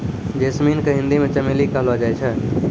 jasmine के हिंदी मे चमेली कहलो जाय छै